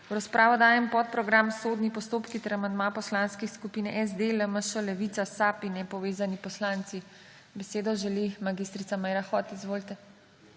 V razpravo dajem podprogram Sodni postopki ter amandma poslanskih skupin SD, LMŠ, Levica, SAB in nepovezani poslanci. Besedo želi mag. Meira Hot. Izvolite.